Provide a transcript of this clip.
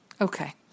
Okay